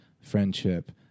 friendship